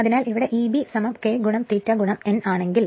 അതിനാൽ ഇവിടെ ഇത് Eb ഈ പദപ്രയോഗവും Eb K ∅ n ആണെങ്കിൽ